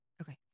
Okay